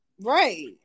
Right